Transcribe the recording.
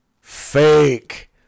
Fake